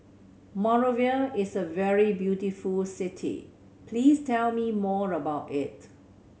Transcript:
Monrovia is a very beautiful city please tell me more about it